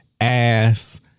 ass